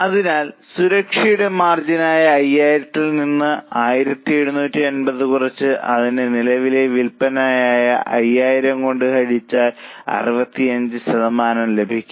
അതിനാൽ സുരക്ഷയുടെ മാർജിനായ 5000 ത്തിൽ നിന്ന് 1750 കുറച്ച് അതിനെ നിലവിലെ വിൽപ്പനയായ 5000 കൊണ്ട് ഹരിച്ചാൽ 65 ശതമാനം ലഭിക്കും